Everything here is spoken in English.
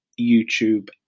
YouTube